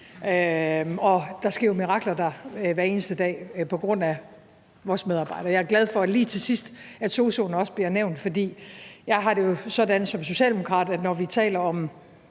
Der sker jo mirakler hvert eneste dag på grund af vores medarbejdere. Jeg er glad for, at sosu'erne lige til sidst også bliver nævnt, for jeg har det jo som socialdemokrat sådan, at når vi taler om